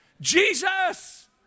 Jesus